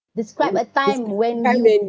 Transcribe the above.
describe a time when you